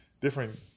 different